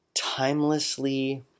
timelessly